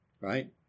Right